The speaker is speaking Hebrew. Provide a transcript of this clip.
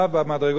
במדרגות,